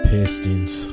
Pistons